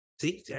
see